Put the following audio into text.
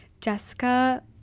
Jessica